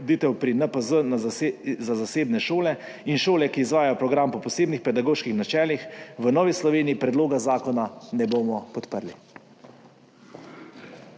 ureditev glede NPZ za zasebne šole in šole, ki izvajajo program po posebnih pedagoških načelih, v Novi Sloveniji predloga zakona ne bomo podprli.